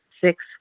Six